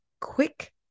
quick